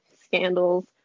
scandals